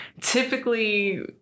typically